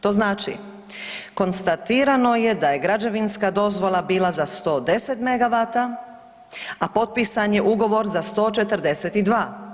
To znači konstatirano je da je građevinska dozvola bila za 110 MW, a potpisan je ugovor za 142.